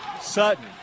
Sutton